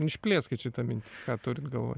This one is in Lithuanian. išplėskit šitą mintį ką turit galvoj